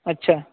اچھا